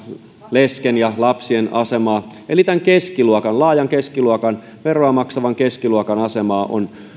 lesken ja lapsien asemaa eli tämän keskiluokan laajan keskiluokan veroa maksavan keskiluokan asemaa on